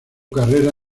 carrera